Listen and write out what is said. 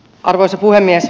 arvoisa puhemies